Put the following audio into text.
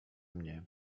mnie